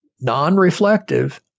Non-reflective